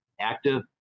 active